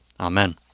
Amen